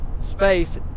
space